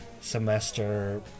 semester